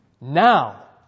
Now